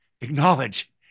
acknowledge